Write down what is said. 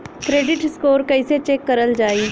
Credit score कइसे check करल जायी?